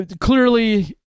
clearly